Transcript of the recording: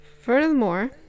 furthermore